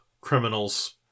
criminals